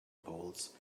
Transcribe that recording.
polls